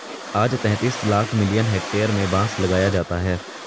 आज तैंतीस lakh million hectare में बांस लगाया जाता है